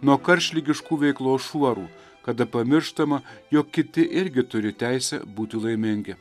nuo karštligiškų veiklos šuorų kada pamirštama jog kiti irgi turi teisę būti laimingi